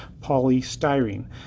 polystyrene